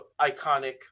iconic